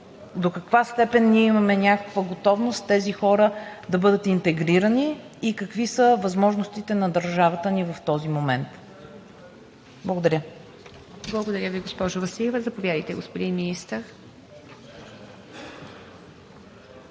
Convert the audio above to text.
до каква степен ние имаме някаква готовност тези хора да бъдат интегрирани и какви са възможностите на държавата ни в този момент? Благодаря. ПРЕДСЕДАТЕЛ ИВА МИТЕВА: Благодаря Ви, госпожо Василева. Заповядайте, господин Министър.